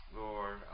lord